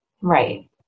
Right